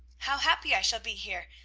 how happy i shall be here!